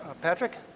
Patrick